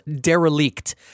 Derelict